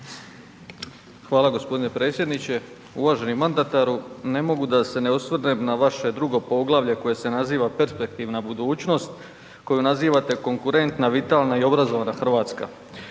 Hvala g. predsjedniče. Uvaženi mandatu, ne mogu da se osvrnem na vaše drugo poglavlje koje se naziva „Perspektivna budućnost“ koju nazivate konkurentna, vitalna i obrazovana Hrvatska.